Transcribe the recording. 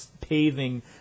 paving